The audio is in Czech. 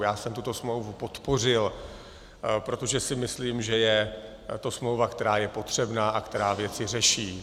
Já jsem tuto smlouvu podpořil, protože si myslím, že je to smlouva, která je potřebná a která věci řeší.